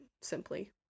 simply